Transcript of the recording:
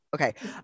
Okay